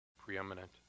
preeminent